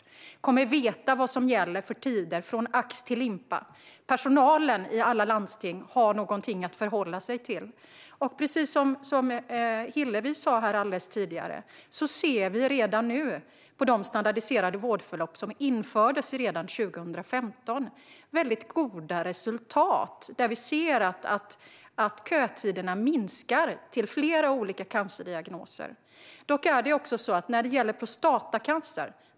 De kommer att veta vilka tider som gäller från ax till limpa. Personalen i alla landsting kommer att ha någonting att förhålla sig till. Precis som Hillevi sa alldeles nyss ser vi redan nu väldigt goda resultat med de standardiserade vårdförlopp som infördes redan 2015; kötiderna minskar vid flera olika cancerdiagnoser. Köerna var dock väldigt långa när det gällde prostatacancer.